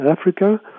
Africa